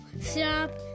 Stop